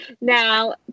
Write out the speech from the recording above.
Now